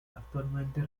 actualmente